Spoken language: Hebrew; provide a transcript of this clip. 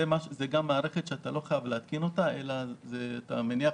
זה מערכת שאתה לא חייב להתקין אלא אתה מניח